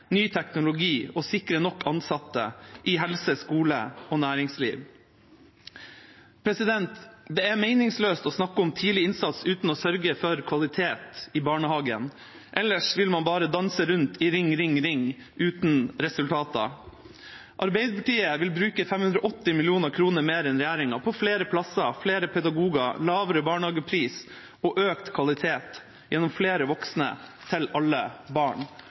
ny teknologi, å sikre nok ansatte i helse, skole og næringsliv. Det er meningsløst å snakke om tidlig innsats uten å sørge for kvalitet i barnehagen, for da vil man bare «danse rundt i ring, ring, ring» – uten resultater. Arbeiderpartiet vil bruke 580 mill. kr mer enn regjeringa på flere plasser, flere pedagoger, lavere barnehagepris og økt kvalitet gjennom flere voksne til alle barn.